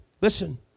listen